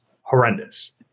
horrendous